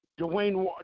Dwayne